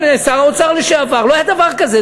הנה, שר האוצר לשעבר, לא היה דבר כזה.